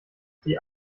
sie